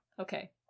Okay